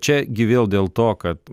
čia gi vėl dėl to kad